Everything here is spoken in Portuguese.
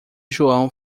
joão